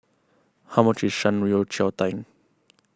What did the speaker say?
how much is Shan Rui Yao Cai Tang